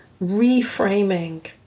reframing